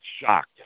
shocked